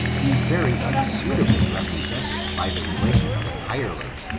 be very unsuitably represented by the relation of a hireling,